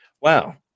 wow